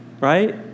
right